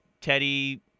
Teddy